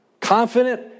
Confident